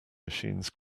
machines